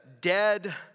dead